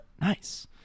Nice